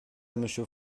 monsieur